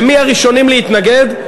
ומי הראשונים להתנגד?